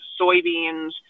soybeans